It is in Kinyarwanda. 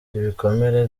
ibikomere